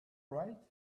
right